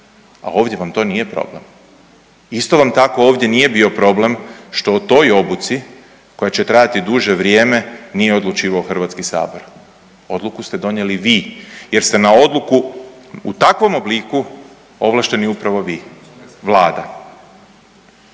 al ovdje vam to nije problem. Isto vam tako ovdje nije bio problem što o toj obuci koja će trajati duže vrijeme nije odlučivao HS, odluku ste donijeli vi jer ste na odluku u takvom obliku ovlašteni upravo vi, Vlada.